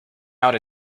out